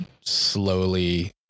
slowly